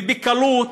ובקלות,